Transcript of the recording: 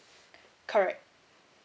correct